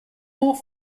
more